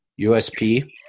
USP